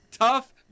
tough